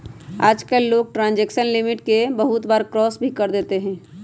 आजकल लोग transaction limit के बहुत बार क्रास भी कर देते हई